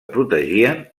protegien